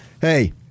Hey